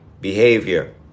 behavior